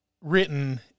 written